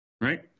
right